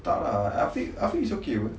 tak lah afiq is okay apa